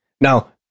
Now